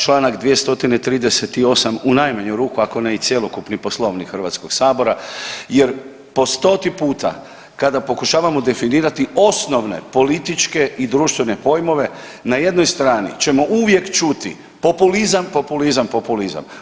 Čl. 238. u najmanju ruku, ako ne i cjelokupni Poslovnik HS-a jer po stoti puta kada pokušavamo definirati osnovne političke i društvene pojmove na jednoj strani ćemo uvijek čuti populizam, populizam, populizam.